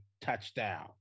touchdown